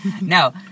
No